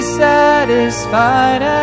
satisfied